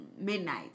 midnight